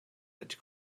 had